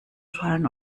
fallen